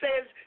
says